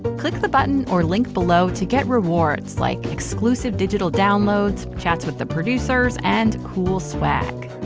click the button or link below to get rewards like exclusive digital downloads, chats with the producers and cool swag.